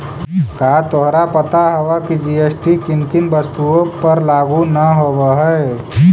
का तोहरा पता हवअ की जी.एस.टी किन किन वस्तुओं पर लागू न होवअ हई